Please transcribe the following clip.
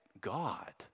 God